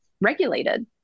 regulated